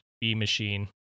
B-Machine